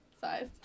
size